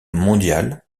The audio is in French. mondial